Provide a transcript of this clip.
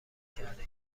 کرده